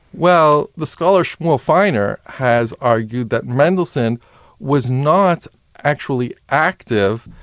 well, the scholar shmuel feiner has argued that mendelssohn was not actually active,